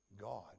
God